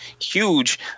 huge